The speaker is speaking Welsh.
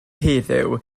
heddiw